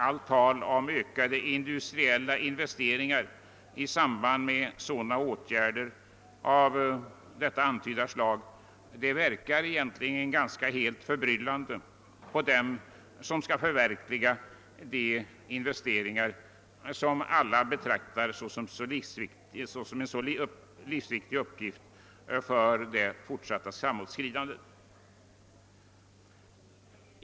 Allt tal om ökade industriella investeringar i samband med åtgärder av antytt slag verkar helt naturligt förbryllande på dem som skall förverkliga de investeringar som alla betraktar som så livsviktiga för det fortsatta framåtskridandet.